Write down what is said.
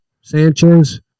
Sanchez